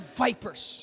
vipers